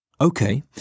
Okay